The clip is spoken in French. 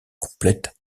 complète